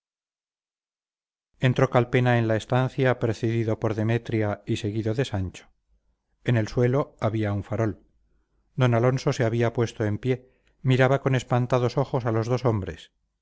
entró calpena en la estancia precedido por demetria y seguido de sancho en el suelo había un farol d alonso se había puesto en pie miraba con espantados ojos a los dos hombres